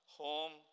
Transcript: home